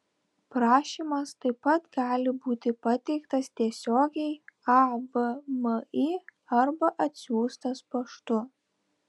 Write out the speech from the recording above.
prašymas taip pat gali būti pateiktas tiesiogiai avmi arba atsiųstas paštu